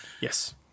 Yes